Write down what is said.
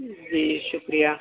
جی شکریہ